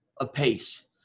apace